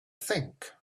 think